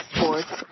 Sports